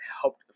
helped